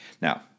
Now